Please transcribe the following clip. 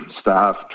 staff